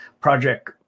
Project